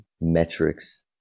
metrics